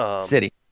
City